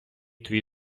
твій